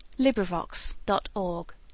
LibriVox.org